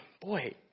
boy